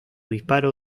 disparo